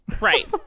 Right